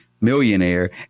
millionaire